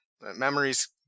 Memories